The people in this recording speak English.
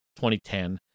2010